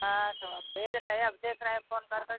हाँ तो अब भेज रहे अब देख रहें फोन कर कर के